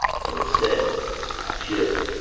so instead i chilled.